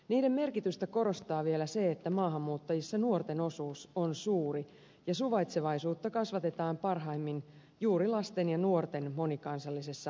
niiden merkitystä korostaa vielä se että maahanmuuttajissa nuorten osuus on suuri ja suvaitsevaisuutta kasvatetaan parhaimmin juuri lasten ja nuorten monikansallisessa toiminnassa